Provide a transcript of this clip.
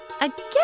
Again